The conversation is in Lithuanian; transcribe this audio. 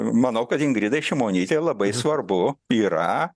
manau kad ingridai šimonytei labai svarbu yra